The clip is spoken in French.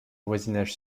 voisinage